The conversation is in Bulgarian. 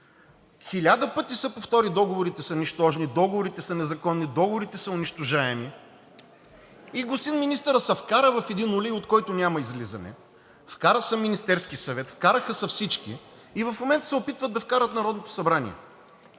хиляда пъти се повтори: договорите са нищожни, договорите са незаконни, договорите са унищожаеми. И господин министърът се вкара в един улей, от който няма излизане, вкара се и Министерският съвет, вкараха се всички. В момента се опитват да вкарат и Народното събрание.